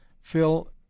fill